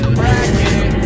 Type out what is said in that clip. bracket